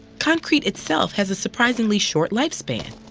concrete itself has a surprisingly short lifespan.